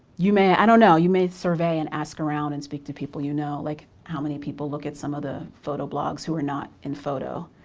you may, i don't know, you may survey and ask around and speak to people you know. like how many people look at some of the photo blogs who are not in photo